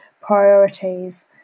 priorities